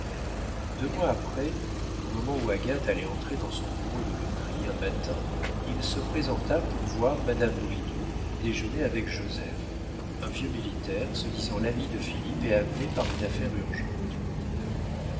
deux mois après au moment où agathe allait entrer dans son bureau de loterie un matin il se présenta pour voir madame bridau qui déjeunait avec joseph un vieux militaire se disant l'ami de philippe et amené par une affaire urgente